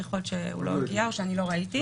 יכול להיות שהוא לא הגיע או שאני לא ראיתי.